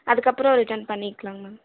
அதுக்கப்புறம் ரிட்டன் பண்ணிக்கலாம் மேம்